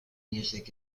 music